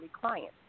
clients